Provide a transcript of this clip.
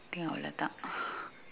I think what to talk